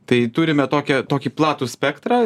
tai turime tokią tokį platų spektrą